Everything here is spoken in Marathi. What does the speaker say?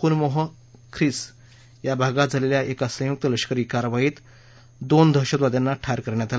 खुनमोह ख्रिव भागात झालेल्या एका संयुक्त लष्करी कारवाईत दोन दहशतवाद्यांना ठार करण्यात आलं